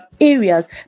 areas